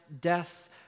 death's